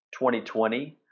2020